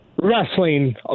wrestling